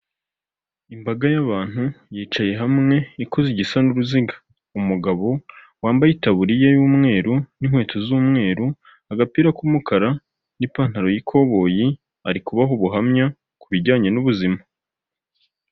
Imbaga y'abantu yicaye hamwe ikoze igisa n'uruziga umugabo wambaye itaburiya y'umweru n'inkweto z'umweru, agapira k'umukara n'ipantaro y'ikoboyi ari kubaha ubuhamya ku bijyanye n'ubuzima.